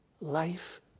life